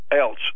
else